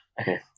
okay